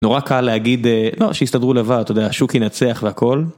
נורא קל להגיד לא שיסתדרו לבד אתה יודע, השוק ינצח והכל.